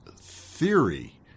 theory